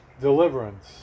deliverance